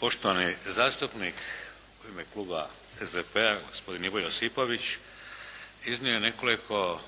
Poštovani zastupnik, u ime kluba SDP-a, gospodin Ivo Josipović, iznio je nekoliko